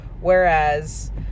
whereas